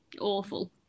awful